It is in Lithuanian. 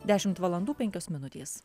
dešimt valandų penkios minutės